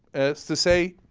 as to say